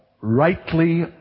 Rightly